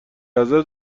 ازت